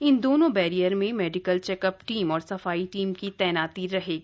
इन दोनों बैरियर में medical checkup team और सफाई टीम की तैनाती रहेगी